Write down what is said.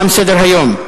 תם סדר-היום.